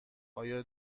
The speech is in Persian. آیا